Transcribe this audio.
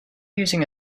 using